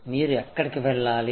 మీరు ఎక్కడికి వెళ్ళాలి